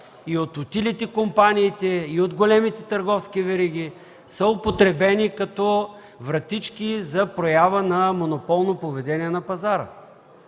и от ютилити компаниите, и от големите търговски вериги са употребени като вратички за проява на монополно поведение на пазара.